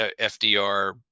FDR